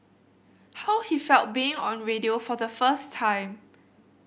how he felt being on radio for the first time